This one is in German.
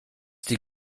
die